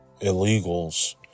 illegals